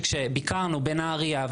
כשביקרנו בנהריה,